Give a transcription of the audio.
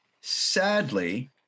sadly